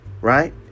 right